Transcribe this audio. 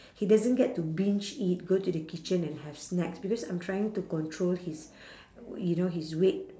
he doesn't get to binge eat go to the kitchen and have snacks because I'm trying to control his you know his weight